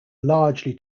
largely